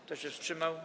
Kto się wstrzymał?